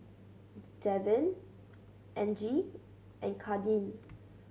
Davin Angie and Kadin